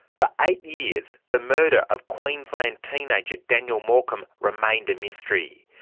for eight years, the murder of queensland teenager daniel morcombe remained a mystery.